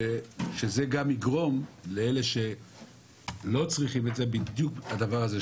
ושזה גם יגרום לאלה שלא צריכים את זה בדיוק את הדבר הזה,